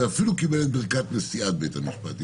ואפילו קיבל את ברכת נשיאת בית המשפט,